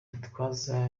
gitwaza